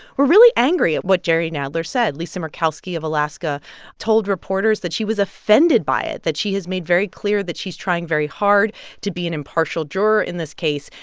were really angry at what jerry nadler said. lisa murkowski of alaska told reporters that she was offended by it, that she has made made very clear that she's trying very hard to be an impartial juror in this case.